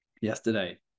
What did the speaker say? yesterday